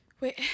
Wait